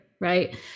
Right